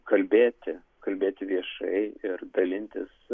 kalbėti kalbėti viešai ir dalintis